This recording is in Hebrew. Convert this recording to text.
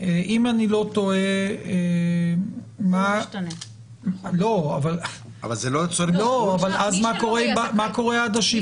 אם אני לא טועה, אז מה קורה עד ה-17?